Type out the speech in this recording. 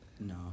No